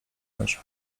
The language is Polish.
leży